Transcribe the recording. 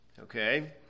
Okay